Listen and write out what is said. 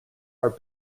are